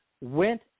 went